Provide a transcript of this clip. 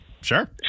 Sure